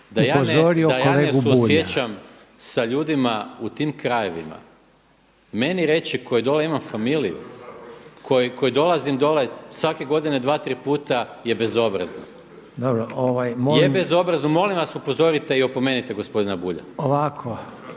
da ja ne suosjećam sa ljudima u tim krajevima, meni reći koji dolje imam familiju, koji dolazim dole svake godine dva, tri puta je bezobrazno. Je bezobrazno, molim vas upozorite i opomenite gospodina Bulja.